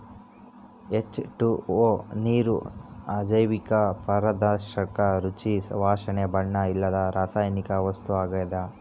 H two O ನೀರು ಅಜೈವಿಕ ಪಾರದರ್ಶಕ ರುಚಿ ವಾಸನೆ ಬಣ್ಣ ಇಲ್ಲದ ರಾಸಾಯನಿಕ ವಸ್ತು ಆಗ್ಯದ